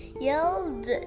yelled